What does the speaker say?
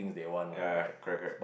ya crack crack